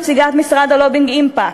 נציגת משרד הלובינג "אימפקט",